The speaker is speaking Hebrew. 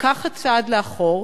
לקחת צעד לאחור,